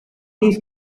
these